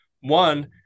One